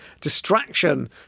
distraction